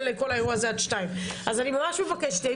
לכל האירוע הזה עד 14:00. אני ממש מבקשת,